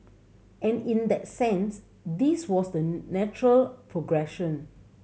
and in that sense this was the natural progression